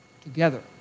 together